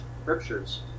scriptures